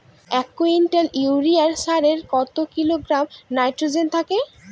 এক quintal urea সারে কত কিলোগ্রাম নাইট্রোজেন থাকে?